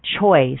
choice